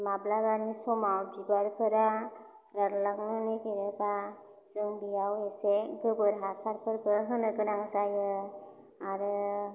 माब्लाबानि समाव बिबारफोरा रानलांनो नागिरोबा जों बियाव एसे गोबोर हासारफोरबो होनो गोनां जायो आरो